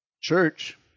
Church